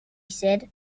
said